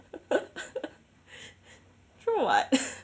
true [what]